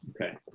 Okay